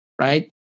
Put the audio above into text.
Right